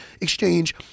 Exchange